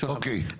טוב, אוקיי.